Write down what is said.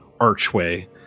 archway